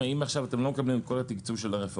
אם אתם לא מקבלים את כל התקציב של הרפורמה,